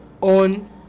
on